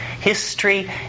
History